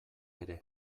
ere